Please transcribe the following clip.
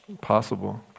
possible